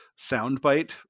soundbite